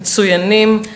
מצוינים,